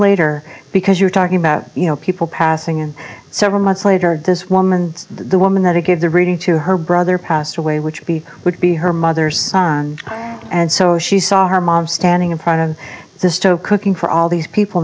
later because you're talking about you know people passing in several months later this woman the woman that it gave the reading to her brother passed away which he would be her mother's son and so she saw her mom standing upright on the stove cooking for all these people